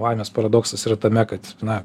laimės paradoksas yra tame kad na